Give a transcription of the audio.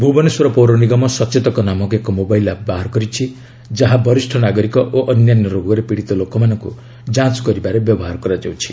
ଭୁବନେଶ୍ୱର ପୌର ନିଗମ ସଚେତକ ନାମକ ଏକ ମୋବାଇଲ୍ ଆପ୍ ବାହାର କରିଛି ଯାହା ବରିଷ୍ଣ ନାଗରିକ ଓ ଅନ୍ୟାନ୍ୟ ରୋଗରେ ପୀଡ଼ିତ ଲୋକମାନଙ୍କୁ ଯାଞ୍ଚ କରିବାରେ ବ୍ୟବହାର କରାଯାଉଛି